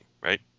right